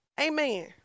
Amen